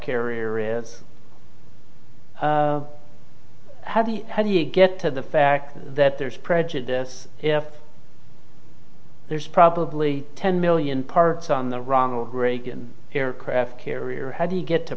carrier is how do you how do you get to the fact that there is prejudice if there's probably ten million parts on the ronald reagan aircraft carrier how do you get to